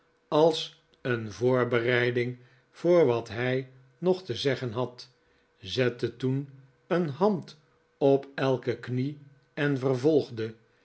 als een voorbereiding voor wat hij nog te zeggen had zette toen een hand op elke knie en vervolgde